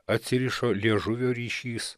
atsirišo liežuvio ryšys